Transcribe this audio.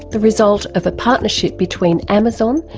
the result of a partnership between amazon,